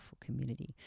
community